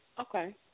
Okay